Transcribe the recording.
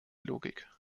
logik